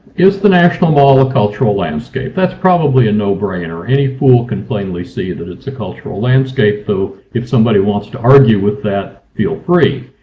is the national mall a cultural landscape? that's probably a no-brainer. any fool can plainly see that it's a cultural landscape, though if somebody wants to argue with that, feel free.